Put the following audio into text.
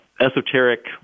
esoteric